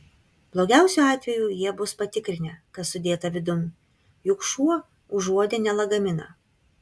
blogiausiu atveju jie bus patikrinę kas sudėta vidun juk šuo užuodė ne lagaminą